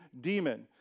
demon